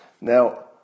Now